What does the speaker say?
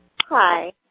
Hi